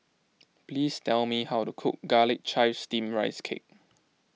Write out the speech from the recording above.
please tell me how to cook Garlic Chives Steamed Rice Cake